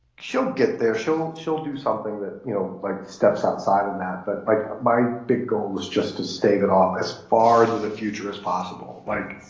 she'll get there, she'll she'll do something that, you know, like steps outside of that. but like, my big goal was just to stave it off as far into the future as possible. like.